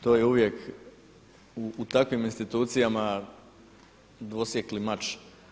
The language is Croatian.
To je uvijek u takvim institucijama dvosjekli mač.